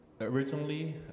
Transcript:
originally